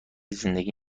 زندگی